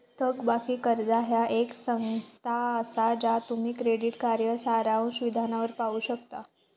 थकबाकी कर्जा ह्या एक संज्ञा असा ज्या तुम्ही क्रेडिट कार्ड सारांश विधानावर पाहू शकता